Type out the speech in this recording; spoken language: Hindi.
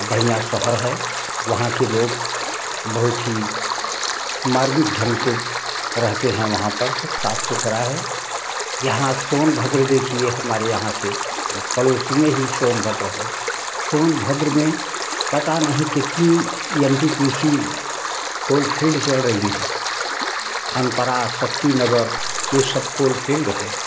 बढ़िया शहर है वहाँ के लोग बहुत ही मार्मिक ढंग से रहते हैं वहाँ पर सब साफ सुथरा है यहाँ सोनभद्र देखिए हमारे यहाँ से पड़ोस में ही सोनभद्र है सोनभद्र में पता नहीं कितनी NTPC coal field चल रही है अनपरा शक्तिनगर यह सब कोल फिल्ड है